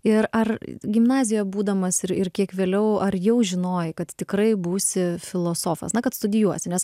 ir ar gimnazijoj būdamas ir ir kiek vėliau ar jau žinojai kad tikrai būsi filosofas na kad studijuosi nes